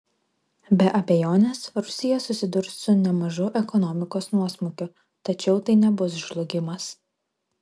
be abejonės rusija susidurs su nemažu ekonomikos nuosmukiu tačiau tai nebus žlugimas